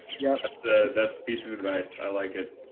yeah, that's ah that's piece of advice. i like it.